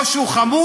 או שהוא חמוץ,